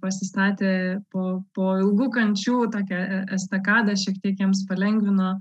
pasistatė po po ilgų kančių tokią estakadą šiek tiek jiems palengvino